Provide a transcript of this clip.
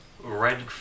red